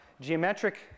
geometric